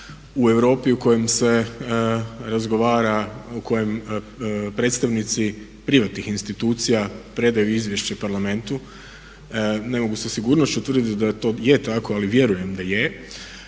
u Europi u kojem se razgovara predstavnici privatnih institucija predaju izvješće Parlamentu. Ne mogu sa sigurnošću tvrditi da to je tako ali vjerujem da je.